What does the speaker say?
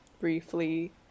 briefly